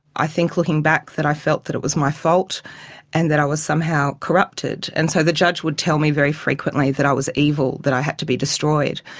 i think looking back that i felt that it was my fault and that i was somehow corrupted. and so the judge would tell me very frequently that i was evil, that i had to be destroyed.